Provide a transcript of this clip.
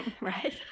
Right